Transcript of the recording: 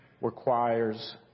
requires